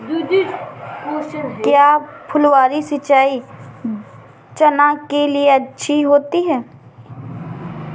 क्या फुहारी सिंचाई चना के लिए अच्छी होती है?